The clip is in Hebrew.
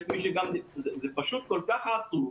זה כל כך עצוב.